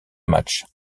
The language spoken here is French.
matchs